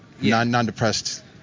non-depressed